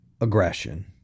aggression